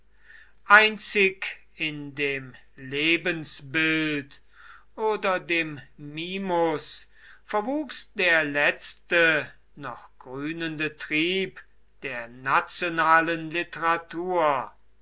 einzig in dem lebensbild oder dem mimus verwuchs der letzte noch grünende trieb der nationalen literatur